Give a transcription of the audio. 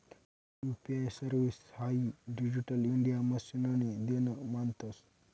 UPI service हाई Digital India मिशननी देन मानतंस